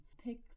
Pick